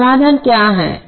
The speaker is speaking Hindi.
फिर समाधान क्या है